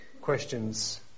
questions